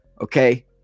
Okay